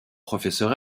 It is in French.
professeur